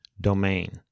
domain